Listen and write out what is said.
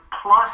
plus